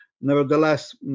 nevertheless